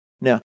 Now